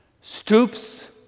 stoops